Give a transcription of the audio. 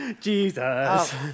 Jesus